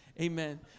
Amen